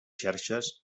xerxes